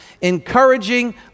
Encouraging